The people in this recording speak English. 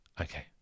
Okay